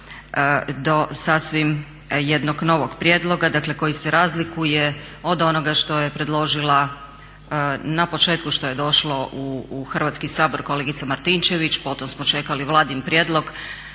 do sasvim jednog novog prijedloga koji se razlikuje od onoga što je predložila, na početku što je došlo u Hrvatski sabor kolegica Martinčević, potom smo čekali Vladin prijedlog.